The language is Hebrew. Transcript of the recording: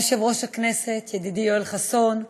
סגן יושב ראש הכנסת ידידי יואל חסון,